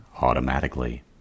automatically